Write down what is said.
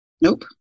Nope